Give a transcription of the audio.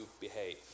behave